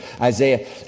Isaiah